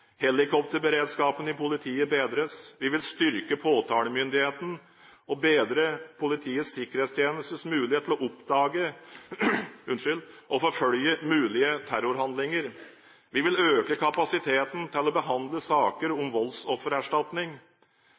Helikopterberedskapen i politiet bedres. Vi vil styrke påtalemyndigheten og bedre Politiets sikkerhetstjenestes muligheter til å oppdage og forfølge mulige terrorhandlinger. Vi vil øke kapasiteten til å behandle saker om voldsoffererstatning.